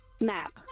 Map